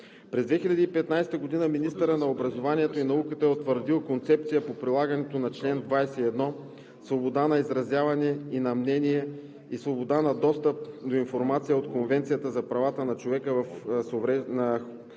През 2015 г. министърът на образованието и науката е утвърдил концепция по прилагането на чл. 21 „Свобода на изразяване и на мнение, свобода на достъп до информация“ от Конвенцията за правата на хората с увреждания